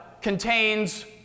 contains